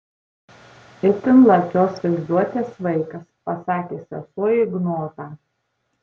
itin lakios vaizduotės vaikas pasakė sesuo ignotą